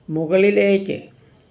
മുകളിലേക്ക്